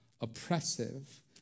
oppressive